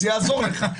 זה יעזור לה.